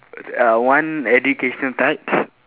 uh one educational types